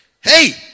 Hey